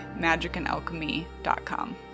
magicandalchemy.com